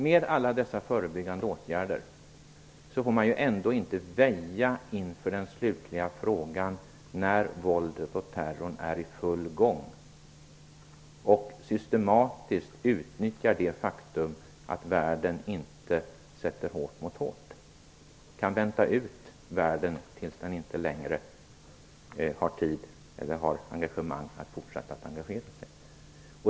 Med alla dessa förebyggande åtgärder får man ändå inte väja inför den slutliga frågan när våldet och terrorn är i full gång och systematiskt utnyttjar det faktum att världen inte sätter hårt mot hårt. Man kan vänta ut världen tills den inte längre har tid eller lust att fortsätta att engagera sig.